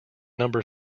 number